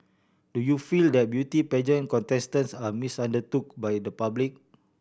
do you feel that beauty pageant contestants are misunderstood by the public